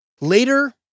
Later